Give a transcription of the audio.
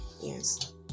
Yes